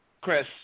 Chris